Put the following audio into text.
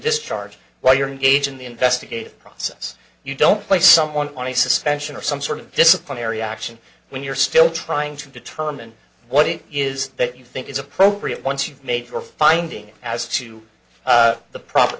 discharge while you're engaged in the investigative process you don't play someone on a suspension or some sort of disciplinary action when you're still trying to determine what it is that you think is appropriate once you've made your finding as to the proper